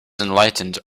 enlightened